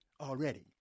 already